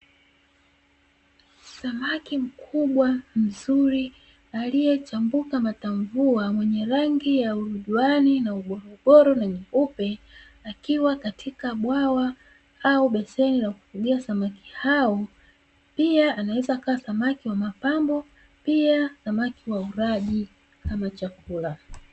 Samaki mkubwa mzuri aliyechambuka matamvua, mwenye rangi ya uruzuani, ugoro na nyeupe, akiwa katika bwawa au beseni la kufugia samaki hao. Pia anaweza akawa samaki wa mapambo au samaki wa ulaji kama chakula.